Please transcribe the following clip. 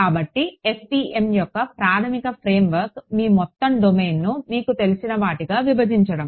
కాబట్టి FEM యొక్క ప్రాథమిక ఫ్రేమ్ వర్క్ మీ మొత్తం డొమైన్ను మీకు తెలిసిన వాటిగా విభజించడం